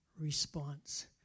response